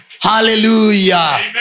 Hallelujah